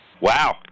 Wow